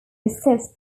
assist